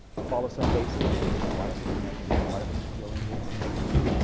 you follow some basic rules. a lot of it's negative. a lot of it's dealing with negative,